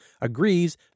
agrees